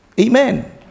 Amen